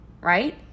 right